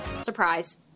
surprise